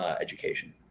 education